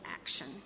action